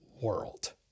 world